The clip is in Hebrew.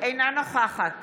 אינה נוכחת